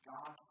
God